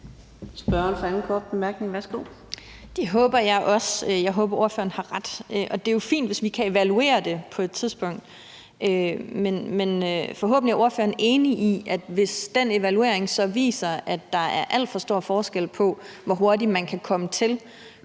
Det håber jeg også. Jeg håber, at ordføreren har ret. Det er jo fint, hvis vi kan evaluere det på et tidspunkt, men forhåbentlig er ordføreren enig i, at hvis den evaluering så viser, at der fra kommune til kommune er alt for stor forskel på, hvor hurtigt man kan komme til,